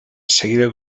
seguida